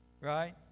right